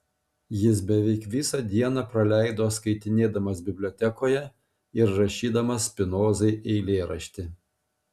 jis beveik visą dieną praleido skaitinėdamas bibliotekoje ir rašydamas spinozai eilėraštį